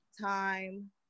time